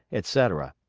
etc.